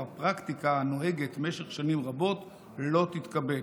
בפרקטיקה הנוהגת משך שנים רבות לא תתקבל.